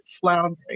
floundering